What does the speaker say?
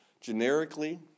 generically